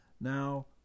Now